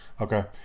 Okay